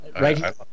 Right